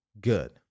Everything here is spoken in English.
good